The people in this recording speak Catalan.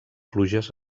pluges